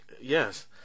Yes